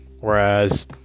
Whereas